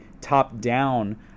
top-down